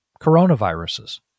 coronaviruses